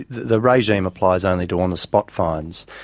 the regime applies only to on the spot fines.